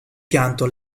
pianto